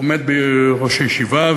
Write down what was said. עומד בראש הישיבה.